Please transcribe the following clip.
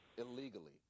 Illegally